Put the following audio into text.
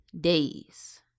days